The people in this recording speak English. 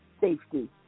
safety